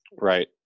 right